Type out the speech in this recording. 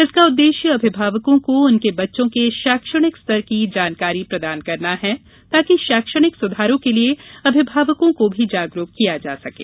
इसका उद्देश्य अभिभावकों को उनके बच्चों के शैक्षणिक स्तर की जानकारी प्रदान करना है ताकि शैक्षणिक सुधारों के लिये अभिभावकों को भी जागरुक किया जा सकें